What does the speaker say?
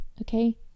okay